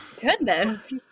Goodness